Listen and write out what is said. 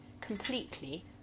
completely